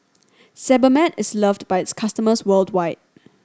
Sebamed is loved by its customers worldwide